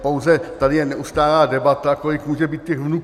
Pouze tady je neustálá debata, kolik může být těch vnuků.